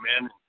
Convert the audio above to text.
man